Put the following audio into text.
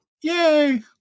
Yay